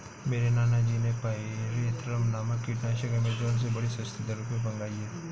मेरे नाना जी ने पायरेथ्रम नामक कीटनाशक एमेजॉन से बड़ी सस्ती दरों पर मंगाई है